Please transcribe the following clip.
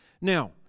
Now